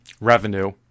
revenue